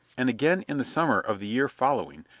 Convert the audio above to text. and again in the summer of the year following,